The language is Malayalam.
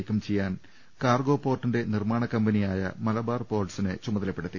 നീക്കം ചെയ്യാൻ കാർഗോ പോർട്ടിന്റെ നിർമ്മാണ കമ്പനിയായ മലബാർ പോർട്ട്സിനെ ചുമതലപ്പെടുത്തി